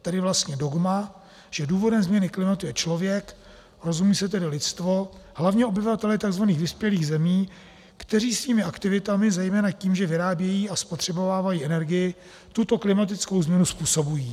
Tedy vlastně dogma, že důvodem změny klimatu je člověk, rozumí se tedy lidstvo, hlavně obyvatelé tzv. vyspělých zemí, kteří svými aktivitami, zejména tím, že vyrábějí a spotřebovávají energii, tuto klimatickou změnu způsobují.